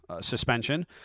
suspension